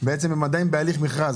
הם עדיין בהליך מכרז.